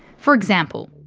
for example,